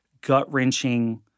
gut-wrenching